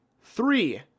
Three